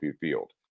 field